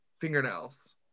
fingernails